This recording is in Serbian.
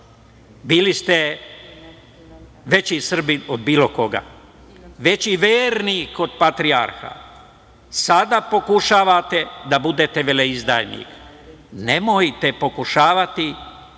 bili ste veći Srbin od bilo koga, veći vernik od patrijarha. Sada pokušavate da budete veleizdajnik. Nemojte pokušavati,